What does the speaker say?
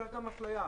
הייתה כאן אפליה,